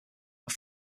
not